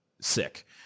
sick